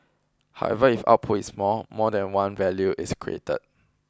however if output is more more than one value is created